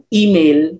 email